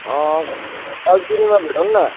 कालचिनीमा भेटौँ न